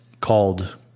called